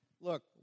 Look